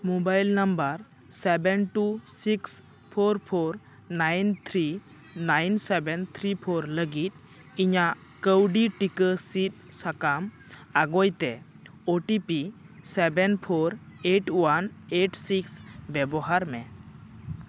mobile number seven two six four four nine three nine seven three four ᱞᱟᱹᱜᱤᱫ ᱤᱧᱟᱹᱜ ᱠᱟᱹᱣᱰᱤ ᱴᱤᱠᱟᱹ ᱥᱤᱫ ᱥᱟᱠᱟᱢ ᱟᱜᱳᱭᱛᱮ O T P seven four eight one eight six ᱵᱮᱵᱚᱦᱟᱨ ᱢᱮ